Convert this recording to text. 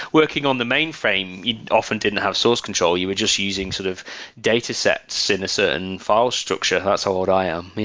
working on the main frame often didn't have source control. you were just using sort of datasets in a certain file structure. that's how old i am.